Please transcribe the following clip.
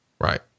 Right